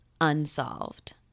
unsolved